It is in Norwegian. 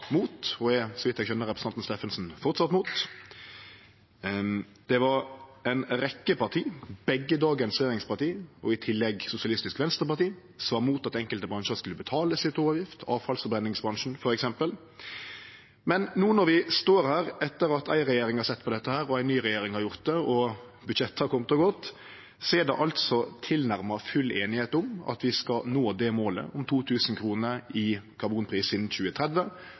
og er, så vidt eg skjønar på representanten Steffensen, framleis imot. Det var ei rekkje parti – begge regjeringspartia i dag og i tillegg Sosialistisk Venstreparti – som var mot at enkelte bransjar skulle betale CO 2 -avgift, f.eks. avfallsforbrenningsbransjen. Men no når vi står her etter at først ei regjering har sett på dette, og så ei ny har gjort det, og budsjett har kome og gått, er det tilnærma full einigheit om at vi skal nå målet om 2 000 kr i karbonpris innan 2030,